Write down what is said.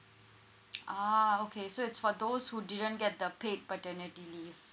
ah okay so it's for those who didn't get the paid paternity leave